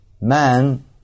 man